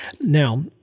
Now